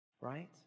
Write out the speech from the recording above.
right